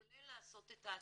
כולל לעשות את ההתאמות,